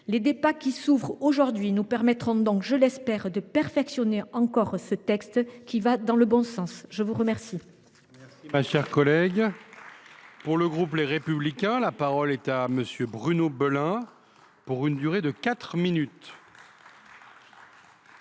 Les débats qui s’ouvrent aujourd’hui nous permettront donc, je l’espère, de perfectionner encore ce texte, qui va dans le bon sens. La parole